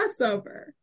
crossover